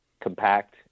compact